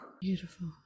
Beautiful